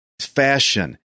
fashion